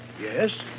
Yes